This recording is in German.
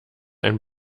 ein